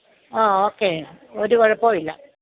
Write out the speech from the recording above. ആഹ് okay ഒരു കുഴപ്പവും ഇല്ല